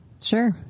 Sure